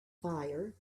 fire